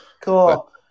Cool